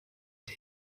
den